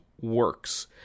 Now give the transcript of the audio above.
works